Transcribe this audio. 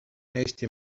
eesti